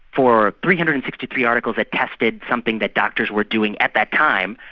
for three hundred and sixty three articles that tested something that doctors were doing at that time,